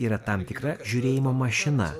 yra tam tikra žiūrėjimo mašina